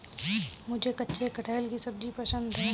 मुझे कच्चे कटहल की सब्जी पसंद है